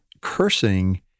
cursing